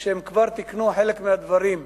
שתיקנה חלק מהדברים.